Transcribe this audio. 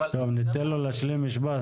טוב, ניתן לו להשלים משפט.